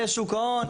יש שוק ההון,